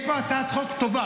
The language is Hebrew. יש פה הצעת חוק טובה,